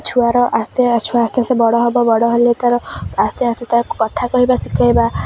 ଛୁଆର ଆସ୍ତେ ଛୁଆ ଆସ୍ତେ ଆସ୍ତେ ବଡ଼ ହବ ବଡ଼ ହେଲେ ତା'ର ଆସ୍ତେ ଆସ୍ତେ ତାକୁ କଥା କହିବା ଶିଖାଇବା